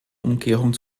umkehrung